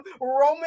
Roman